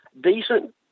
decent